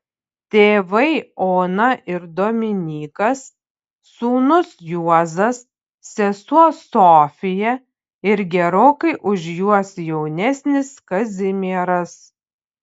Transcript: tėvai ona ir dominykas sūnus juozas sesuo sofija ir gerokai už juos jaunesnis kazimieras